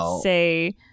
say